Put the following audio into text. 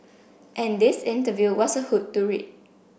and this interview was a hoot to read